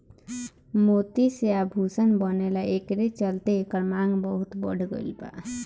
मोती से आभूषण बनेला एकरे चलते एकर मांग बहुत बढ़ गईल बा